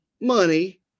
money